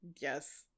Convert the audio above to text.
Yes